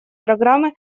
программы